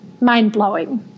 mind-blowing